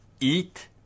eat